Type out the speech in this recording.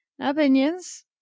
opinions